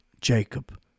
Jacob